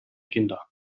kinder